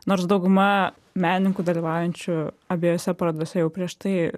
nors dauguma menininkų dalyvaujančių abiejose parodose jau prieš tai